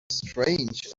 strange